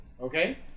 Okay